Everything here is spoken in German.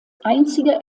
einzige